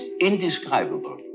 indescribable